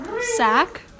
Sack